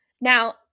Now